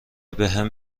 بهم